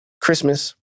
Christmas